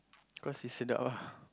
cause it's sedap ah